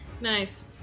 Nice